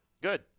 Good